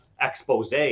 expose